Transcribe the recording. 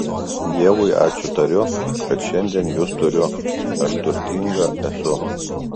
dievui ačiū tariu kad šiandien jus turiu aš turtinga esu